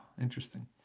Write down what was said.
Interesting